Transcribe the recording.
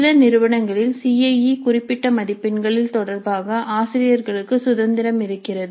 சில நிறுவனங்களில் C I E குறிப்பிட்ட மதிப்பெண்களில் தொடர்பாக ஆசிரியர்களுக்கு சுதந்திரம் இருக்கிறது